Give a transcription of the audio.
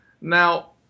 Now